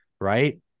right